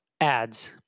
ads